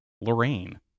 Lorraine